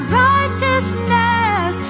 righteousness